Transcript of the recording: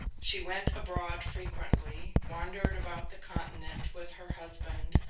she went abroad frequently, wandered about the continent with her husband,